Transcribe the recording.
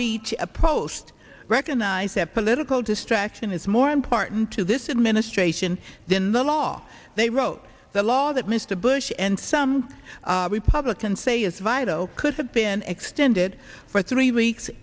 post recognize that political distraction is more important to this administration than the law they wrote the law that mr bush and some republicans say is vital could have been extended for three weeks